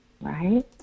Right